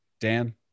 Dan